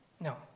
No